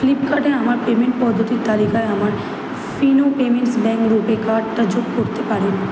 ফ্লিপকার্টে আমার পেমেন্ট পদ্ধতির তালিকায় আমার ফিনো পেমেন্টস ব্যাঙ্ক রুপে কার্ডটা যোগ করতে পারেন